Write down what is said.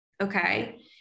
okay